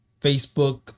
Facebook